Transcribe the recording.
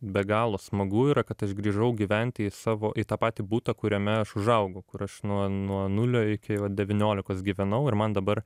be galo smagu yra kad aš grįžau gyventi į savo į tą patį butą kuriame aš užaugau kur aš nuo nuo nulio iki devyniolikos gyvenau ir man dabar